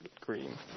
green